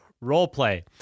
role-play